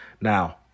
Now